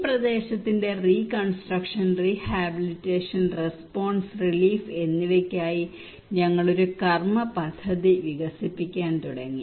ഈ പ്രദേശത്തിന്റെ reconstruction rehabilitation response relief എന്നിവയ്ക്കായി ഞങ്ങൾ ഒരു കർമ്മ പദ്ധതി വികസിപ്പിക്കാൻ തുടങ്ങി